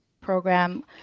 program